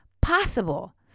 possible